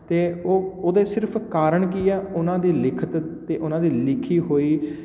ਅਤੇ ਉਹ ਉਹਦੇ ਸਿਰਫ਼ ਕਾਰਨ ਕੀ ਆ ਉਹਨਾਂ ਦੀ ਲਿਖਤ ਅਤੇ ਉਹਨਾਂ ਦੀ ਲਿਖੀ ਹੋਈ